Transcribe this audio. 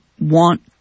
want